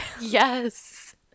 yes